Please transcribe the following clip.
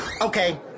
Okay